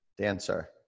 dancer